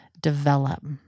develop